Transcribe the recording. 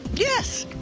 yes.